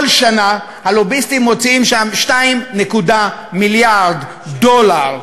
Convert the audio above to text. כל שנה הלוביסטים מוציאים שם 2.1 מיליארד דולר.